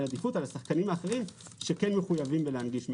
עדיפות על השחקנים האחרים שכן מחויבים להנגיש מידע.